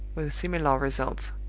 with similar results.